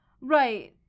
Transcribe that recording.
Right